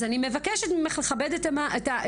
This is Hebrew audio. אז אני מבקשת ממך לכבד את העניין,